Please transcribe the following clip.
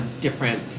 different